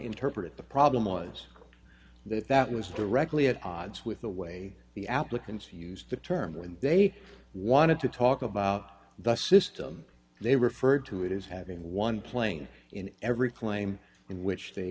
interpret the problem was that that was directly at odds with the way the applicants who used the term when they wanted to talk about the system they referred to it as having one plane in every claim in which they